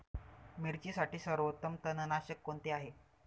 मिरचीसाठी सर्वोत्तम तणनाशक कोणते आहे?